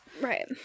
Right